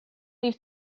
leave